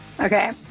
Okay